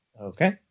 Okay